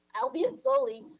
albeit slowly,